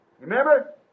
Remember